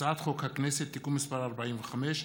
הצעת חוק הכנסת (תיקון מס' 45),